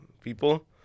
people